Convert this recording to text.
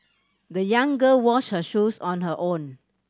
the young girl wash her shoes on her own